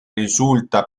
risulta